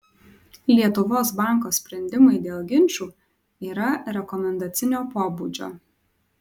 lietuvos banko sprendimai dėl ginčų yra rekomendacinio pobūdžio